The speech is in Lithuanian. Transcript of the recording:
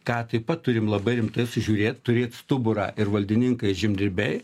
ką taip pat turim labai rimtai sužiūrėt turėt stuburą ir valdininkai žemdirbiai